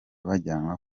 bajyanwa